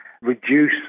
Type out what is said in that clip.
Reduce